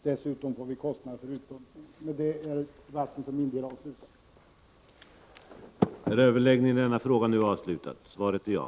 Dessutom får vi kostnader för utpumpningen.” I och med detta är debatten avslutad för min del.